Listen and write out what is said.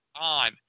on